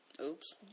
oops